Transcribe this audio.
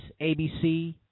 ABC